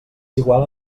igual